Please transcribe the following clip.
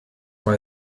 why